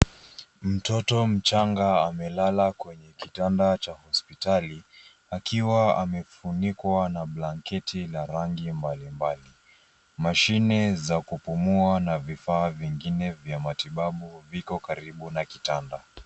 Mtoto mchanga amelala kwenye kitanda cha hospitali akiwa amefunikwa kwa blanketi la rangi bali bali. Mashine ya kupumua na vifaa vingine vya matibabu viko karibu na kitanda.